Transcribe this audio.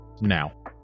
now